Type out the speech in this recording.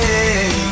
Hey